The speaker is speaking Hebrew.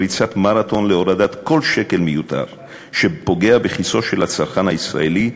ריצת מרתון להורדת כל שקל מיותר שפוגע בכיסו של הצרכן הישראלי,